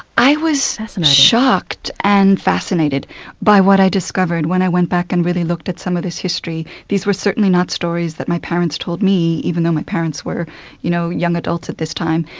i was shocked and fascinated by what i discovered when i went back and really looked at some of this history. these were certainly not stories that my parents told me, even though my parents were you know young adults at this time.